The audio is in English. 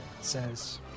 says